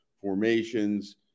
formations